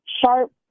sharp